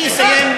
אני אסיים,